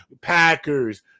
Packers